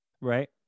right